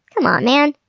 c'mon, man!